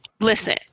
listen